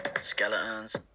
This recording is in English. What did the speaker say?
Skeletons